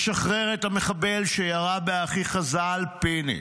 לשחרר את המחבל שירה באחיך ז"ל, פיני.